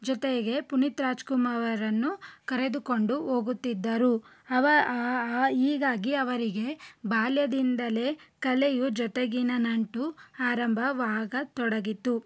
ಜೊತೆಗೆ ಪುನೀತ್ ರಾಜ್ಕುಮವರನ್ನು ಕರೆದುಕೊಂಡು ಹೋಗುತ್ತಿದ್ದರು ಅವ ಹೀಗಾಗಿ ಅವರಿಗೆ ಬಾಲ್ಯದಿಂದಲೇ ಕಲೆಯ ಜೊತೆಗಿನ ನಂಟು ಆರಂಭವಾಗತೊಡಗಿತು